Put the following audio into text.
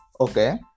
Okay